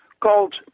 called